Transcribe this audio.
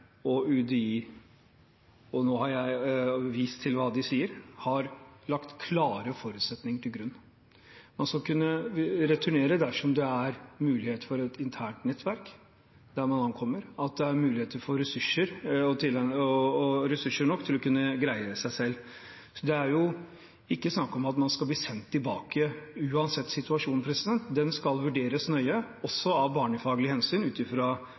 og UDI – nå har jeg vist til hva de sier – har lagt klare forutsetninger til grunn. Man skal kunne returnere dersom det er mulighet for et internt nettverk der man ankommer – at det er muligheter og ressurser nok til å kunne greie seg selv. Det er ikke snakk om at man skal bli sendt tilbake uansett situasjon. Den skal vurderes nøye også av barnefaglige hensyn ut